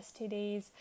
STDs